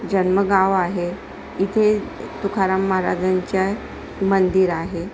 जन्मगाव आहे इथे तुकाराम महाराजांच्या मंदिर आहे